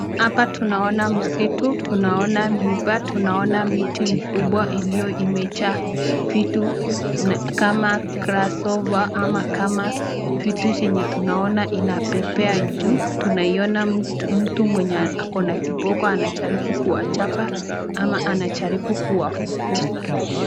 Hapa tunaona misitu tunaona miba, tunaona miti mikubwa iliyojaa vitu ama grasshoppers , kama vitu zenye tunaona zinapepea juu, tunaiyona mtu mwenye akona kiboko, kuwa anajaribu kuwa chapa ama anajaribu kuwa fukuza.